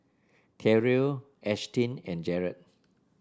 Terrill Ashtyn and Jaret